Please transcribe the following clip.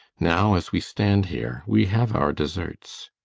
now, as we stand here, we have our deserts.